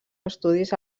estudis